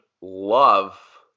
love